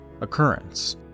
occurrence